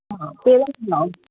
ਹਾਂ ਪੇਰੈਂਟਸ ਬੁਲਾਓ